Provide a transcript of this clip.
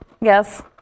Yes